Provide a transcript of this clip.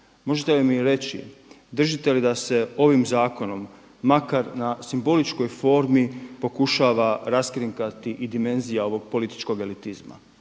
Možete li mi reći držite li da se ovim zakonom makar na simboličkoj formi pokušava raskrinkati i dimenzija ovog političkog elitizma.